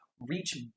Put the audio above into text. reach